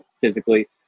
physically